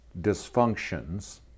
dysfunctions